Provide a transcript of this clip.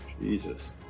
Jesus